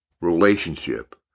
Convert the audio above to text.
relationship